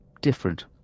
different